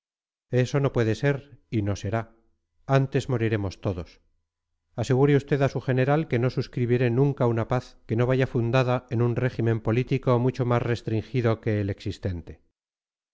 eso no puede ser y no será antes moriremos todos asegure usted a su general que no suscribiré nunca una paz que no vaya fundada en un régimen político mucho más restringido que el existente